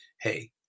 Hey